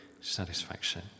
satisfaction